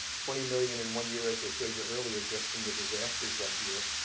twenty million in one year, as i showed you earlier, just from the disasters that year.